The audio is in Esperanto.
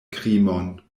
krimon